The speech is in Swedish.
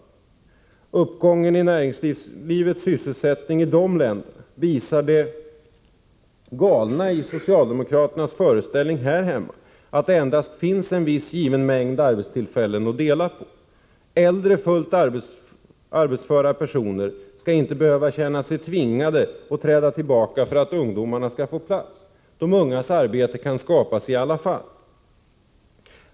Uppgången i näringslivets sysselsättning i de länderna visar det galna i socialdemokraternas föreställning här hemma att det endast finns en viss given mängd arbetstillfällen att dela på. Äldre fullt arbetsföra personer skall inte behöva känna sig tvingade att träda tillbaka för att ungdomarna skall få plats. De ungas arbeten kan skapas i alla fall.